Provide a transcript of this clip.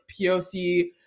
POC